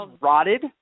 rotted